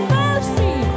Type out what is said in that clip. mercy